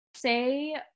Say